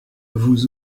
vous